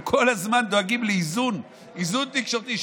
הם כל הזמן דואגים לאיזון, איזון תקשורתי.